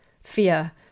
fear